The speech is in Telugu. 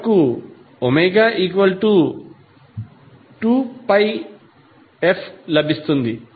మనకు ω2πfలభిస్తుంది